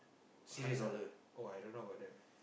serious ah oh I don't know about that